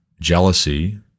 jealousy